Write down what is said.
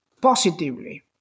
positively